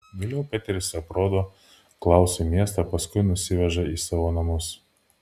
vėliau peteris aprodo klausui miestą paskui nusiveža į savo namus